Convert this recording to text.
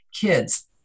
kids